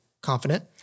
confident